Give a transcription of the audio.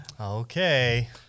Okay